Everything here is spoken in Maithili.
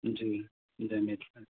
जी धन्यवाद